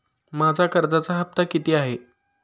माझा कर्जाचा हफ्ता किती आहे?